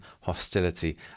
hostility